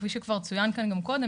כפי שכבר צוין כאן גם קודם,